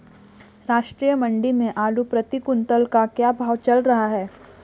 राष्ट्रीय मंडी में आलू प्रति कुन्तल का क्या भाव चल रहा है?